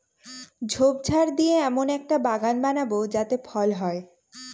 ঝোপঝাড় দিয়ে এমন একটা বাগান বানাবো যাতে ফল হয়